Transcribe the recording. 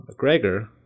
McGregor